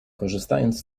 korzystając